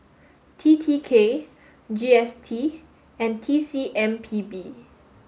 T T K G S T and T C M P B